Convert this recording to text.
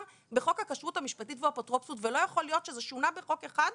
בחוק הכשרות המשפטית והאפוטרופסות ולא יכול להיות שזה שונה בחוק אחד,